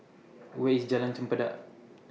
Where IS Jalan Chempedak